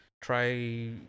try